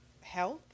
health